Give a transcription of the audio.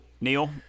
Neil